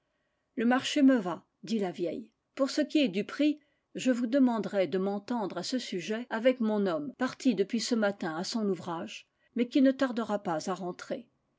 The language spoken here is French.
le marché me va dit la vieille pour ce qui est du prix je vous demanderai de m'entendre à ce sujet avec mon homme parti depuis ce matin à son ouvrage mais qui ne tardera pas à rentrer